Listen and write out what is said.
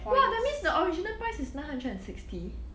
!wah! that means the original price is nine hundred and sixty